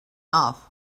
off